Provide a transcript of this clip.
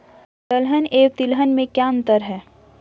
दलहन एवं तिलहन में क्या अंतर है?